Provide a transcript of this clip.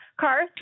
Karth